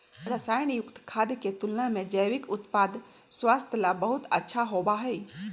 रसायन युक्त खाद्य के तुलना में जैविक उत्पाद स्वास्थ्य ला बहुत अच्छा होबा हई